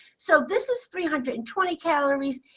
so this is three hundred and twenty calories.